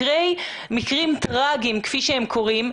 מקרים טרגיים כפי שקורים,